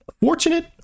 fortunate